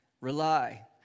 Rely